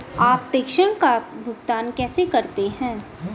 आप प्रेषण का भुगतान कैसे करते हैं?